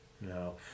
No